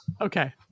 Okay